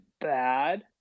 bad